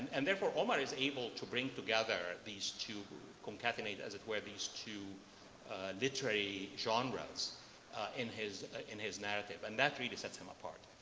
and therefore omar is able to bring together these two, concatenate as it were these two literary genres in his in his narrative. and that really sets him apart.